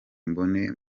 mbone